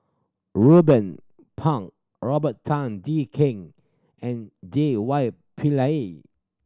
Ruben Pang Robert Tan Jee Keng and J Y Pillay